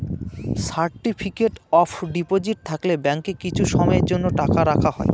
certificate of deposit থাকলে ব্যাঙ্কে কিছু সময়ের জন্য টাকা রাখা হয়